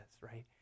right